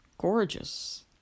gorgeous